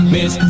Miss